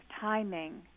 timing